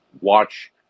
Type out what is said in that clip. watch